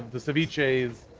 the ceviches,